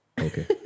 Okay